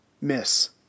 miss